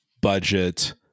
budget